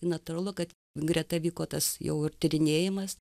natūralu kad greta vyko tas jau ir tyrinėjimas